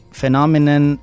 phenomenon